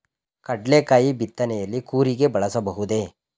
ಕಡ್ಲೆಕಾಯಿ ಬಿತ್ತನೆಯಲ್ಲಿ ಕೂರಿಗೆ ಬಳಸಬಹುದೇ?